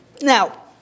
Now